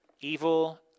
Evil